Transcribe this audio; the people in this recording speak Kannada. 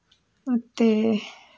ಮತ್ತೆ